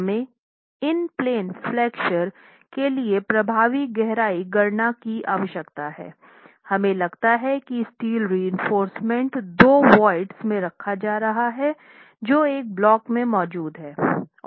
हमें इन plain flexure के लिए प्रभावी गहराई गणना की आवश्यकता है हमें लगता है कि स्टील रीइनफोर्रसमेंट दो वोइडस में रखा जा रहा है जो एक ब्लॉक में मौजूद हैं